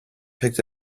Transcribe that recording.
picked